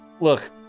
Look